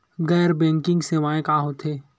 गैर बैंकिंग सेवाएं का होथे?